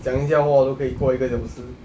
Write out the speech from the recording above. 讲一下话都可以过一个小时